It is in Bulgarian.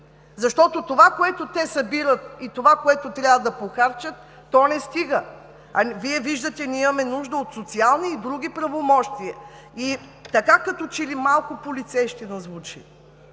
защото това, което те събират, и това, което трябва да похарчат, не стига. Вие виждате, че ние имаме нужда от социални и други правомощия. И така като че ли малко на полицейщина звучи.